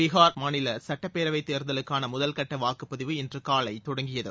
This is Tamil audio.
பீஹார் மாநில சட்டப்பேரவைத் தேர்தலுக்கான முதல்கட்ட வாக்குப்பதிவு இன்று காலை தொடங்கியது